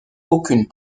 aucune